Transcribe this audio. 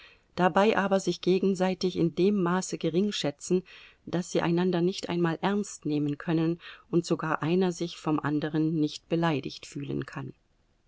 dabei aber sich gegenseitig in dem maße geringschätzen daß sie einan der nicht einmal ernst nehmen können und sogar einer sich vom anderen nicht beleidigt fühlen kann